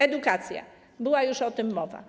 Edukacja - była już o tym mowa.